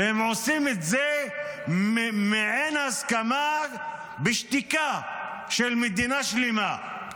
והם עושים את זה במעין הסכמה בשתיקה של מדינה שלמה.